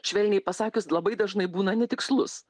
švelniai pasakius labai dažnai būna netikslus